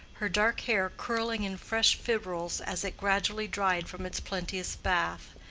her dark hair curling in fresh fibrils as it gradually dried from its plenteous bath,